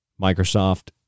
Microsoft